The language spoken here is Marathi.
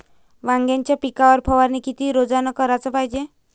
वांग्याच्या पिकावर फवारनी किती रोजानं कराच पायजे?